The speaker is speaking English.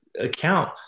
account